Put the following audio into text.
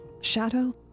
Shadow